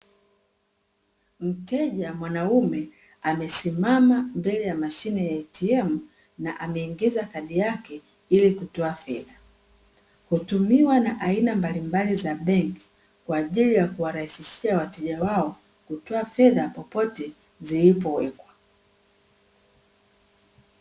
Mteja mwanaume amesimama mbele ya mashine ya ''ATM'' na ameingiza kadi yake ili kutoa fedha, hutumiwa na aina mbalimbali za benki kwa ajili ya kuwarahisishia wateja wao kutoa fedha popote zilipowekwa.